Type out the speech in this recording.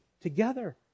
together